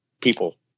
people